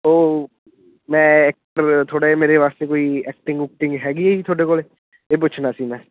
ਓਹ ਮੈਂ ਐਕਟਰ ਥੋੜ੍ਹਾ ਜਿਹਾ ਮੇਰੇ ਵਾਸਤੇ ਕੋਈ ਐਕਟਿੰਗ ਉਕਟਿੰਗ ਹੈਗੀ ਤੁਹਾਡੇ ਕੋਲ ਇਹ ਪੁੱਛਣਾ ਸੀ ਮੈਂ